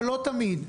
ולא תמיד,